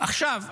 עכשיו,